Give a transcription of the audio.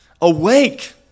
Awake